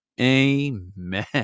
Amen